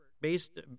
based